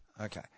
Okay